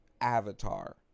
Avatar